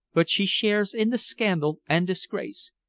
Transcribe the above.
but she shares in the scandal and disgrace.